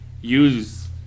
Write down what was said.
use